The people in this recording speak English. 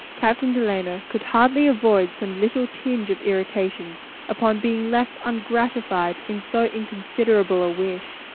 captain delano could hardly avoid some little tinge of irritation upon being left ungratified in so inconsiderable a wish,